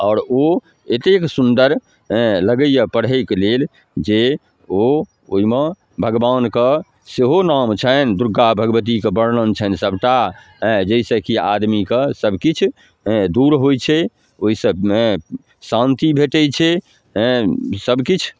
आओर ओ एतेक सुन्दर हेँ लगैए पढ़ैके लेल जे ओ ओहिमे भगवानके सेहो नाम छनि दुर्गा भगवतीके वर्णन छनि सबटा हेँ जाहिसँ कि आदमीके सबकिछु हेँ दूर होइ छै ओहिसबमे शान्ति भेटै छै हेँ सबकिछु